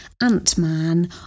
Ant-Man